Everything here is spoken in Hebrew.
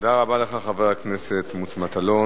תודה רבה לך, חבר הכנסת מוץ מטלון.